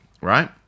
right